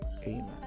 amen